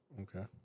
Okay